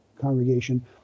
congregation